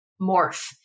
morph